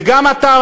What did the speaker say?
וגם אתה,